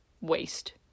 waste